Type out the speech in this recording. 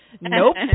Nope